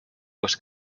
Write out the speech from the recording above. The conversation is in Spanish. pues